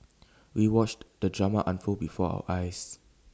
we watched the drama unfold before our eyes